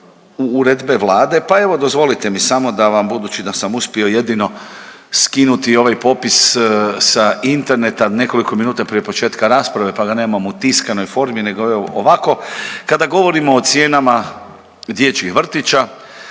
uredbe Vlade, pa evo, dozvolite mi samo da vam, budući da sam uspio jedino skinuti ovaj popis sa interneta, nekoliko minuta prije početka rasprave, pa ga nemam u tiskanoj formi, nego evo, ovako, kada govorimo o cijenama dječjih vrtića,